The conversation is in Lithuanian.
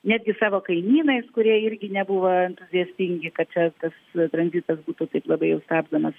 netgi savo kaimynais kurie irgi nebuvo entuziastingi kad čia tas tranzitas būtų taip labai jau stabdomas